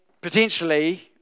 potentially